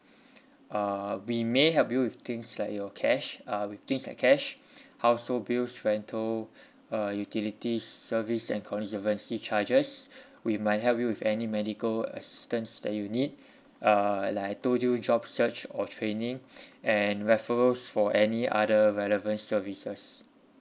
err we may help you with things like your cash uh with things like cash household bills rental uh utilities service and conservancy charges we might help you with any medical assistance that you need uh like I told you job search or training and referrals for any other relevant services